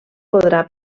podrà